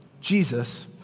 Jesus